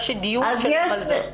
יש דיון שלם על זה.